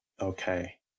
Okay